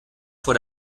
vor